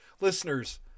listeners